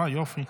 אה, יופי.